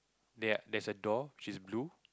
they're there's a door which is blue